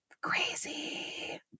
Crazy